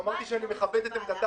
אמרתי גם שאני מכבד ומקבל את עמדתה.